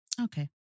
Okay